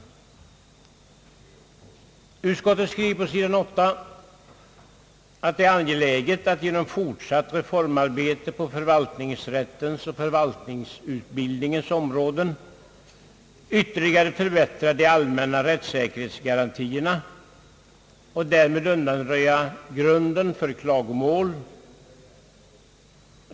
Utskottet skriver på sidan 8 att det är angeläget att genom fortsatt reformarbete på förvaltningsrättens och förvaltningsutbildningens områden ytterligare förbättra de allmänna rättssäkerhetsgarantierna och därmed undanröja grunden för klagomål.